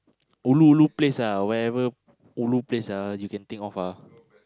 ulu ulu place ah whatever ulu place ah you can think of ah